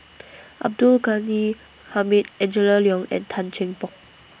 Abdul Ghani Hamid Angela Liong and Tan Cheng Bock